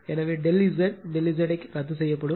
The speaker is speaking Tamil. எனவே ∆Z ∆ Z cancel ரத்து செய்யப்படும்